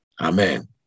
Amen